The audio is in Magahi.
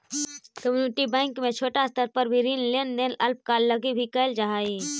कम्युनिटी बैंक में छोटा स्तर पर भी ऋण लेन देन अल्पकाल लगी भी कैल जा सकऽ हइ